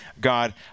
God